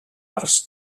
arcs